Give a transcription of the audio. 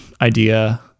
idea